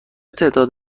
تعداد